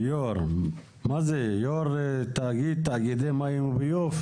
יו"ר תאגידי מים וביוב.